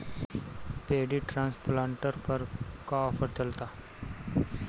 Paddy transplanter पर का offer चलता?